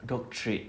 doctorate